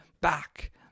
back